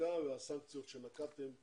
הבדיקה והסנקציות שנקטתם